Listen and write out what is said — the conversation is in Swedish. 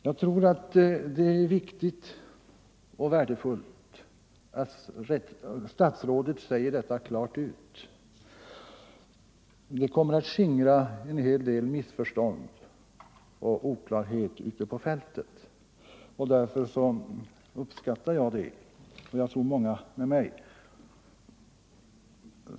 Jag tror det är viktigt och värdefullt att statsrådet säger detta klart ut. Det kommer att skingra en hel del missförstånd och oklarheter ute på fältet. Därför uppskattar jag det — och jag tror många med mig.